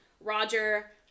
Roger